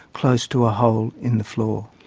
close to a hole in the floor.